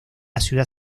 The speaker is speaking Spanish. ciudad